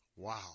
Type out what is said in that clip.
Wow